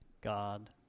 God